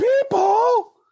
people